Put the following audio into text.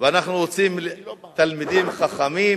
ואנחנו רוצים תלמידים חכמים,